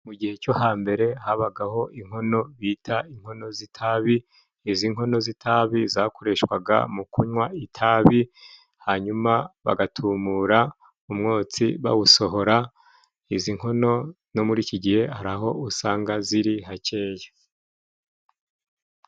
Mu gihe cyo hambere habagaho inkono bita inkono z'itabi. Izi nkono z'itabi zakoreshwaga mu kunywa itabi, hanyuma bagatumura umwotsi bawusohora. Izi nkono no muri iki gihe hari aho usanga ziri hakeya.